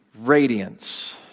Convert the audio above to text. Radiance